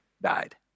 died